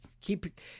keep